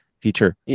feature